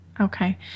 Okay